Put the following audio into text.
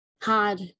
hard